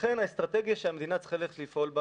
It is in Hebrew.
לכן האסטרטגיה שהמדינה צריכה לפעול בה